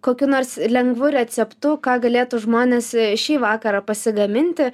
kokiu nors lengvu receptu ką galėtų žmonės šį vakarą pasigaminti